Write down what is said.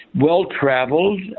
well-traveled